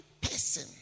person